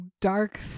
dark